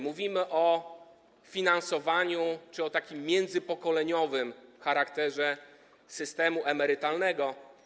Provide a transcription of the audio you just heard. Mówimy o finansowaniu czy o międzypokoleniowym charakterze systemu emerytalnego.